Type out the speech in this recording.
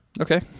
Okay